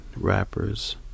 rappers